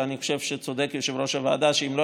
ואני חושב שצודק יושב-ראש הוועדה שאם לא